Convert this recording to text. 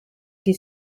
qui